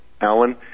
Alan